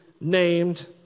named